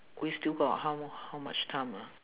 we still got how how much time ah